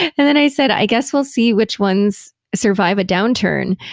and then i said, i guess, we'll see which ones survive a downturn.